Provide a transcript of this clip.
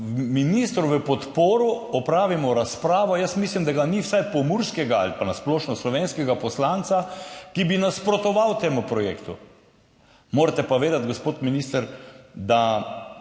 ministru v podporo opravimo razpravo. Jaz mislim, da ga ni, vsaj pomurskega ali pa na splošno slovenskega poslanca, ki bi nasprotoval temu projektu. Morate pa vedeti, gospod minister, da